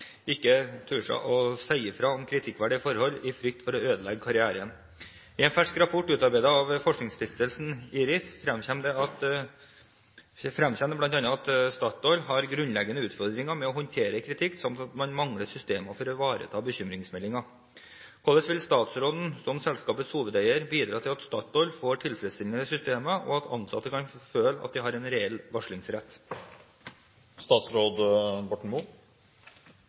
ikke tør å si fra om kritikkverdige forhold i frykt for å ødelegge karrieren. I en fersk rapport utarbeidet av forskningsstiftelsen IRIS fremkommer det bl.a. at Statoil har grunnleggende utfordringer med å håndtere kritikk, samt at man mangler systemer for å ivareta bekymringsmeldinger. Hvordan vil statsråden, som selskapets hovedeier, bidra til at Statoil får tilfredsstillende systemer, og at ansatte kan føle de har reell